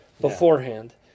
beforehand